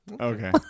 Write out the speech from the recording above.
Okay